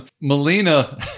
Melina